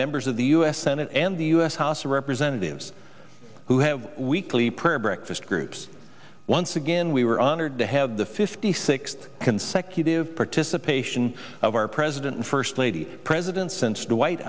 members of the u s senate and the u s house of representatives who have weekly prayer breakfast groups once again we were honored to have the fifty sixth consecutive participation of our president and first lady presidents since